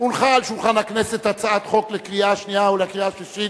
"הונחה על שולחן הכנסת הצעת חוק לקריאה השנייה ולקריאה השלישית,